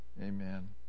Amen